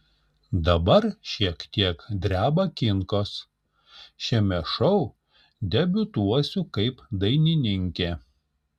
dabar šiek tiek dreba kinkos šiame šou debiutuosiu kaip dainininkė